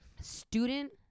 student